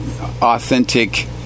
authentic